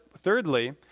thirdly